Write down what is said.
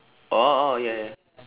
oh oh ya ya ya